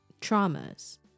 traumas